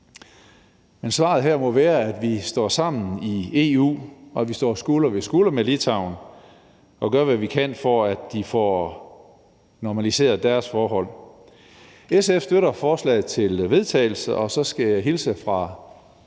men svaret her må være, at vi står sammen i EU, og at vi står skulder ved skulder med Litauen og gør, hvad vi kan, for at de får normaliseret deres forhold. SF støtter forslaget til vedtagelse. Og så skal jeg hilse fra